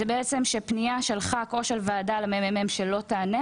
שפנייה של ח"כ או של ועדה למ.מ.מ שלא תיענה